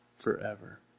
forever